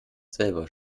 selber